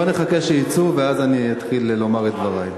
בואו נחכה שיצאו ואז אתחיל לומר את דברי.